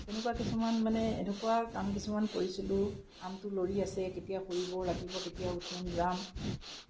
তেনেকুৱা কিছুমান মানে এনেকুৱা কাম কিছুমান কৰিছিলোঁ আমটো লৰি আছে কেতিয়া সৰিব ৰাতিপুৱা কেতিয়া উঠিম যাম